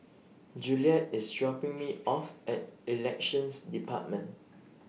Juliette IS dropping Me off At Elections department